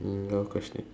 no question